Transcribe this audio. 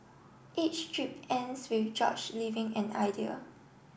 each strip ends with George leaving an idea